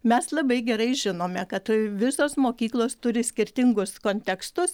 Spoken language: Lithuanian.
mes labai gerai žinome kad visos mokyklos turi skirtingus kontekstus